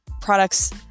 products